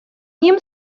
ним